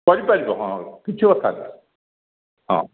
କରିପାରିବ ହଁ କିଛି କଥା ନାହିଁ ହଁ